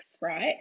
right